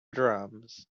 drums